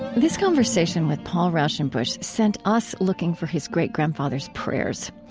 this conversation with paul raushenbush sent us looking for his great-grandfather's prayers.